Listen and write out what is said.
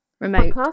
remote